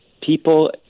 people